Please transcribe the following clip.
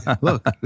look